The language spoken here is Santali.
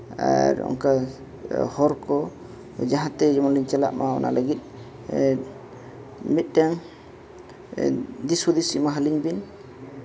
ᱟᱨ ᱚᱱᱠᱟ ᱦᱚᱨ ᱠᱚ ᱡᱟᱦᱟᱸᱛᱮ ᱡᱮᱢᱚᱱᱞᱤᱧ ᱪᱟᱞᱟᱜᱼᱢᱟ ᱚᱱᱟ ᱞᱟᱹᱜᱤᱫ ᱢᱤᱫᱴᱟᱱ ᱫᱤᱥᱼᱦᱩᱫᱤᱥ ᱮᱢᱟ ᱟᱹᱞᱤᱧ ᱵᱤᱱ